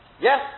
yes